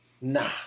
nah